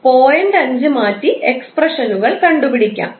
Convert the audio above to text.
5 മാറ്റി എക്സ്പ്രഷനുകൾ കണ്ടുപിടിക്കാം